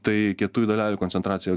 tai kietųjų dalelių koncentracija